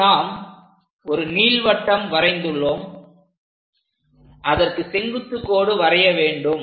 இங்கு நாம் ஒரு நீள்வட்டம் வரைந்துள்ளோம் அதற்கு செங்குத்துக் கோடு வரைய வேண்டும்